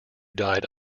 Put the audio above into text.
died